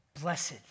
Blessed